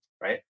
right